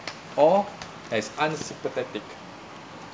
or as unsympathetic